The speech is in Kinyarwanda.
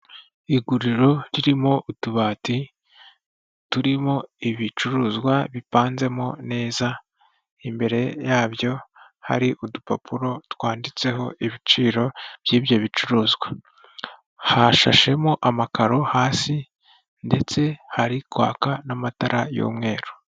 Iguriro ririmo utubati turimo ibicuruzwa bipanzemo neza, imbere yabyo hari udupapuro twanditseho ibiciro by'ibyo bicuruzwa, hashashemo amakaro hasi ndetse hari kwaka n'amatara y'umweru.